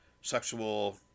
sexual